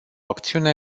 acțiune